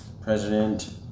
President